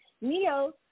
Neo